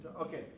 Okay